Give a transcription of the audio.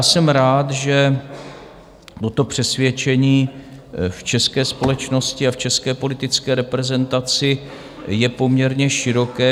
Jsem rád, že toto přesvědčení v české společnosti a v české politické reprezentaci je poměrně široké.